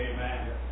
Amen